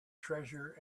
treasure